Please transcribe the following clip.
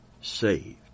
saved